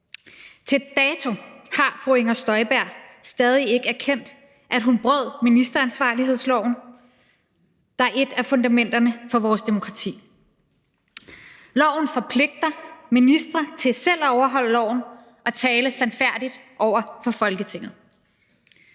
Til dato har fru Inger Støjberg stadig ikke erkendt, at hun brød ministeransvarlighedsloven, der er et af fundamenterne for vores demokrati. Loven forpligter ministre til selv at overholde loven og tale sandfærdigt over for Folketinget.